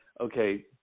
okay